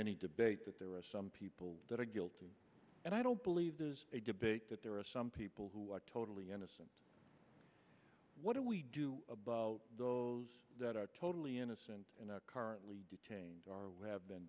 any debate that there are some people that are guilty and i don't believe this is a debate that there are some people who are totally innocent what do we do about those that are totally innocent and are currently detained or have been